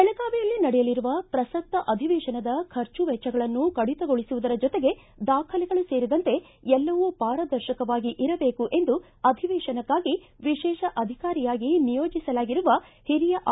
ಬೆಳಗಾವಿಯಲ್ಲಿ ನಡೆಯಲಿರುವ ಪ್ರಸಕ್ತ ಅಧಿವೇತನದ ಖರ್ಚು ವೆಚ್ಚಗಳನ್ನು ಕಡಿತಗೊಳಿಸುವುದರ ಜತೆಗೆ ದಾಖಲೆಗಳು ಸೇರಿದಂತೆ ಎಲ್ಲವೂ ಪಾರದರ್ಶಕವಾಗಿ ಇರಬೇಕು ಎಂದು ಅಧಿವೇಶನಕ್ಕಾಗಿ ವಿಶೇಷ ಅಧಿಕಾರಿಯಾಗಿ ನಿಯೋಜಿಸಲಾಗಿರುವ ಹಿರಿಯ ಐ